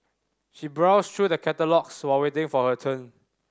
she browsed through the catalogues while waiting for her turn